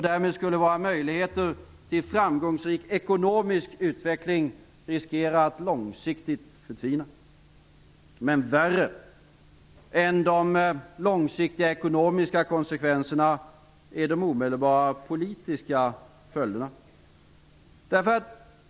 Därmed skulle våra möjligheter till framgångsrik ekonomisk utveckling riskera att långsiktigt förtvina. Men värre än de långsiktiga ekonomiska konsekvenserna är de omedelbara politiska följderna.